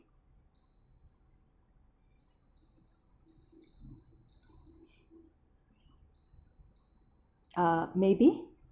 uh maybe